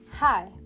Hi